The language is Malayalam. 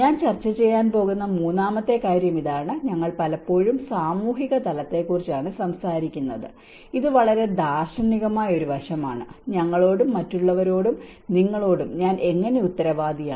ഞാൻ ചർച്ച ചെയ്യാൻ പോകുന്ന മൂന്നാമത്തെ കാര്യം ഇതാണ് ഞങ്ങൾ പലപ്പോഴും സാമൂഹിക തലത്തെക്കുറിച്ചാണ് സംസാരിക്കുന്നത് ഇത് വളരെ ദാർശനികമായ ഒരു വശമാണ് ഞങ്ങളോടും മറ്റുള്ളവരോടും നിങ്ങളോടും ഞാൻ എങ്ങനെ ഉത്തരവാദിയാണ്